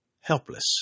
Helpless